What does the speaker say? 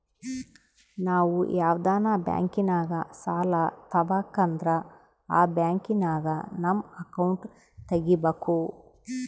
ನಾವು ಯಾವ್ದನ ಬ್ಯಾಂಕಿನಾಗ ಸಾಲ ತಾಬಕಂದ್ರ ಆ ಬ್ಯಾಂಕಿನಾಗ ನಮ್ ಅಕೌಂಟ್ ತಗಿಬಕು